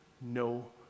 no